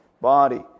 body